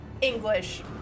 English